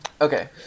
okay